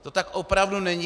To tak opravdu není.